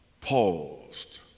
paused